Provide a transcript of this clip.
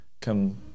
come